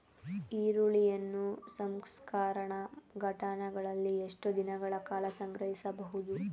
ಈರುಳ್ಳಿಯನ್ನು ಸಂಸ್ಕರಣಾ ಘಟಕಗಳಲ್ಲಿ ಎಷ್ಟು ದಿನಗಳ ಕಾಲ ಸಂಗ್ರಹಿಸಬಹುದು?